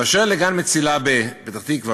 באשר לגן "מצילה" בפתח-תקווה,